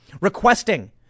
requesting